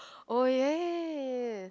oh ya ya ya